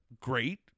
great